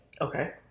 Okay